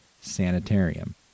sanitarium